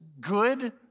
Good